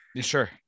Sure